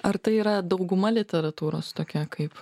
ar tai yra dauguma literatūros tokia kaip